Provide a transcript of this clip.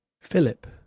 philip